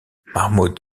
mahmoud